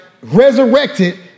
resurrected